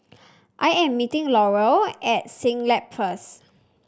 I am meeting Laurel at Siglap first